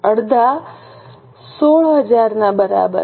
અડધા 16000 બરાબર